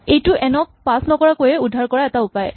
এইটো এন ক পাছ নকৰাকৈয়ে উদ্ধাৰ কৰাৰ এটা উপায়